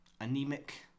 Anemic